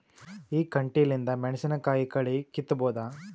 ಈ ಕಂಟಿಲಿಂದ ಮೆಣಸಿನಕಾಯಿ ಕಳಿ ಕಿತ್ತಬೋದ?